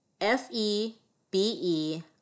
febe